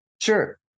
Sure